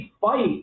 fight